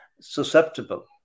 susceptible